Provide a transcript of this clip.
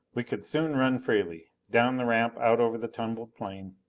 we could soon run freely. down the ramp, out over the tumbled plain.